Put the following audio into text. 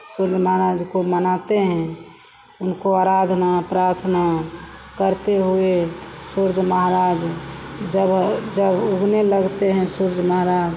सूर्य महाराज को मनाते हैं उनकी आराधना प्रार्थना करते हुए सूर्य महाराज जब जब उगने लगते हैं सूर्य महाराज